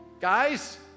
guys